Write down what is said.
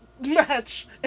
match